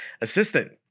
assistant